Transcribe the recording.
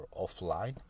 offline